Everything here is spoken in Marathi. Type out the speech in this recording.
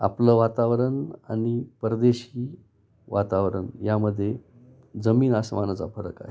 आपलं वातावरण आणि परदेशी वातावरण यामध्ये जमीन अस्मानाचा फरक आहे